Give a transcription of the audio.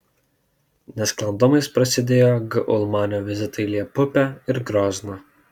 nesklandumais prasidėjo g ulmanio vizitai į liepupę ir grozną